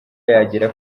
yagera